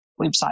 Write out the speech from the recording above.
website